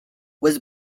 was